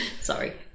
sorry